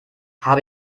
habe